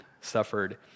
suffered